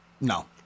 no